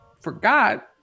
forgot